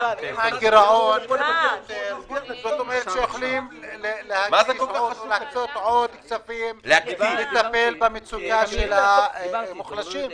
האם יכולים להקצות עוד כספים במצוקת המוחלשים?